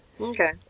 Okay